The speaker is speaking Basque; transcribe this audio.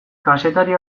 kazetari